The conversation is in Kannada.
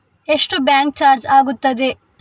ಎಷ್ಟು ಬ್ಯಾಂಕ್ ಚಾರ್ಜ್ ಆಗುತ್ತದೆ?